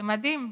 זה מדהים.